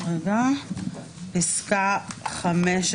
פסקה (15)